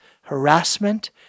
harassment